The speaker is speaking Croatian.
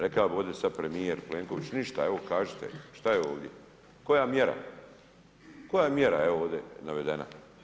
Rekao bi ovdje sad premijer Plenković, ništa, evo kažite, šta je ovdje, koja mjera, koja mjera je evo ovdje navedena.